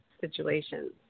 situations